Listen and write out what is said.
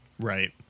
Right